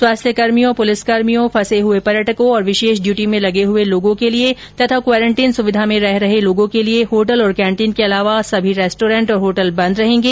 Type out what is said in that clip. स्वास्थ्यकर्मियों पुलिसकर्मियों फंसे हुए पर्यटकों और विशेष ड्यूटी में लगे हुए लोगों के लिए तथा क्वारेन्टीन सुविधा में रह रहे लोगों के लिए होटल और केन्टीन के अलावा सभी रेस्टोरेंट और होटल बंद रहेंगे